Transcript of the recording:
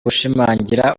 gushimangira